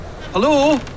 Hello